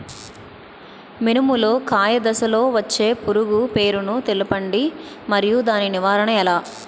మినుము లో కాయ దశలో వచ్చే పురుగు పేరును తెలపండి? మరియు దాని నివారణ ఎలా?